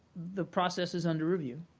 the process is under review.